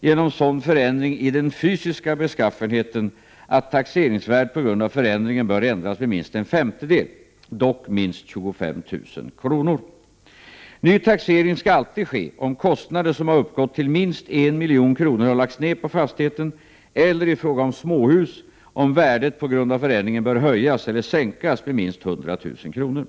genom sådan förändring i den fysiska beskaffenheten att taxeringsvärdet på grund av förändringen bör ändras med minst en femtedel, dock med minst 25 000 kr. Ny taxering skall alltid ske om kostnader som har uppgått till minst 1 milj.kr. har lagts ned på fastigheten eller, i fråga om småhus, om värdet på grund av förändringen bör höjas eller sänkas med minst 100 000 kr.